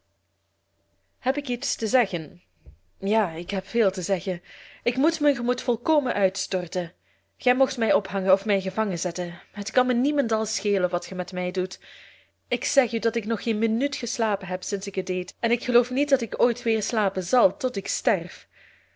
heb ik iets te zeggen ja ik heb veel te zeggen ik moet mijn gemoed volkomen uitstorten gij moogt mij ophangen of mij gevangen zetten het kan mij niemendal schelen wat gij met mij doet ik zeg u dat ik nog geen minuut geslapen heb sinds ik het deed en ik geloof niet dat ik ooit weer slapen zal tot ik sterf